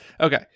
okay